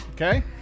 Okay